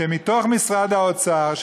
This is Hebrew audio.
שמתוך משרד האוצר,